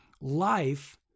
life